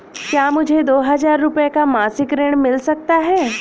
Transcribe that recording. क्या मुझे दो हजार रूपए का मासिक ऋण मिल सकता है?